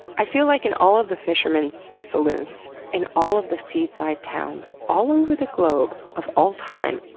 i feel like in all of the fisherman's saloons in all of the seaside town, so all over the globe, of all time,